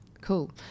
cool